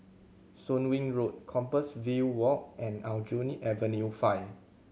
Soon Wing Road Compassvale Walk and Aljunied Avenue Five